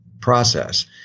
process